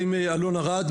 האם אלון ארד,